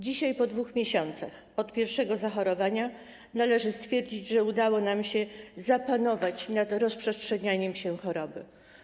Dzisiaj, po 2 miesiącach od pierwszego zachorowania należy stwierdzić, że udało nam się zapanować nad rozprzestrzenianiem się choroby.